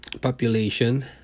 population